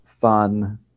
fun